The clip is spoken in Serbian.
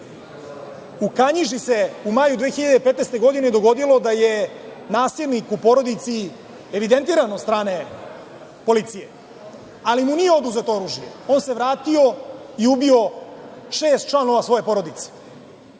Kanjiži se u maju 2015. godine dogodilo da je nasilnik u porodici evidentiran od strane policije, ali mu nije oduzeto oružje, i on se vratio i ubio šest članova svoje porodice. Mi